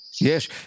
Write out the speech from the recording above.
Yes